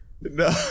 No